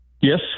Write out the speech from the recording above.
Yes